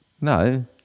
No